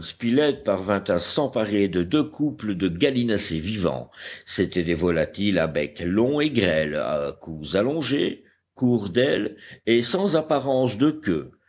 spilett parvint à s'emparer de deux couples de gallinacés vivants c'étaient des volatiles à becs longs et grêles à cous allongés courts d'ailes et sans apparence de queue